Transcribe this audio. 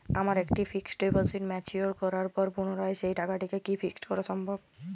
আমার একটি fixed deposit mature করার পর পুনরায় সেই টাকাটিকে কি ফিক্সড করা সম্ভব?